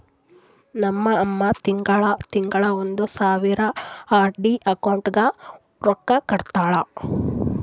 ನಮ್ ಅಮ್ಮಾ ತಿಂಗಳಾ ತಿಂಗಳಾ ಒಂದ್ ಸಾವಿರ ಆರ್.ಡಿ ಅಕೌಂಟ್ಗ್ ರೊಕ್ಕಾ ಕಟ್ಟತಾಳ